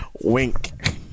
Wink